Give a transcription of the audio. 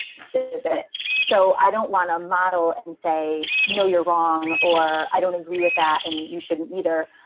it's it's a bit so i don't want to model and say, no, you're wrong or i don't agree with that and you shouldn't either.